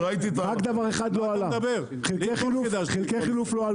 וראיתי --- רק דבר אחד לא עלה חלקי חילוף.